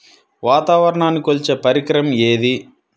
వాతావరణాన్ని కొలిచే పరికరం ఏది?